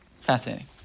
Fascinating